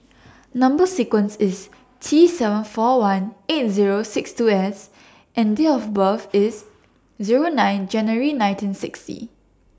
Number sequence IS T seven four one eight Zero six two S and Date of birth IS Zero nine January nineteen sixty